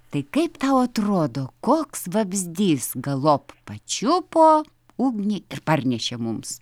tai kaip tau atrodo koks vabzdys galop pačiupo ugnį ir parnešė mums